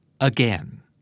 again